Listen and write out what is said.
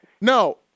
no